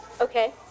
Okay